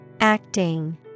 Acting